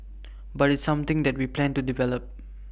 but it's something that we plan to develop